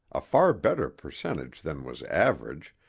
a far better percentage than was average,